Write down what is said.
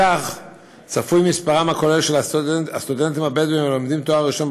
בכך צפוי מספרם הכולל של הסטודנטים הבדואים הלומדים לתואר ראשון,